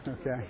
Okay